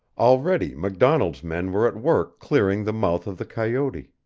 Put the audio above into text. already macdonald's men were at work clearing the mouth of the coyote.